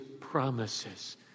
promises